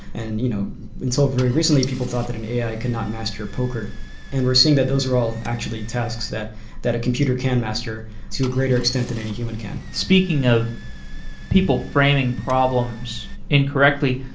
and you know until very recently, people thought that an ai cannot master poker and we're seeing that those are all actually tasks that that a computer can master to greater extent than any human can. speaking of people framing problems incorrectly,